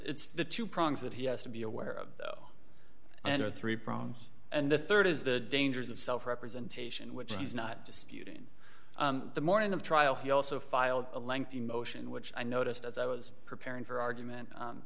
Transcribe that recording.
it's the two prongs that he has to be aware of though and are three prongs and the rd is the dangers of self representation which he's not disputing the morning of trial he also filed a lengthy motion which i noticed as i was preparing for argument